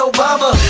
Obama